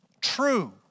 True